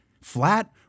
Flat